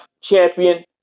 Champion